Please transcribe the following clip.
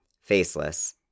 faceless